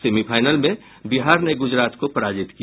semifinal में बिहार ने गूजरात को पराजित किया